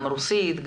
גם רוסית,